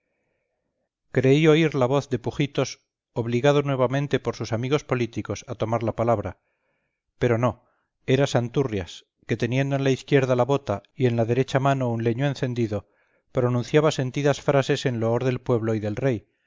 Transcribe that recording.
creí oír la voz de pujitos obligado nuevamente por sus amigos políticos a tomar la palabra pero no era santurrias que teniendo en la izquierda la bota y en la derecha mano un leño encendido pronunciaba sentidas frases en loor del pueblo y del rey